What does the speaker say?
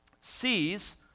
sees